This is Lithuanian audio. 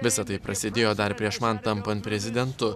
visa tai prasidėjo dar prieš man tampant prezidentu